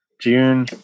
June